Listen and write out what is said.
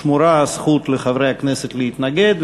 שמורה הזכות לחברי הכנסת להתנגד,